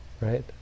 right